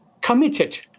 committed